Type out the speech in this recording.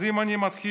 אז אם אני מתחיל,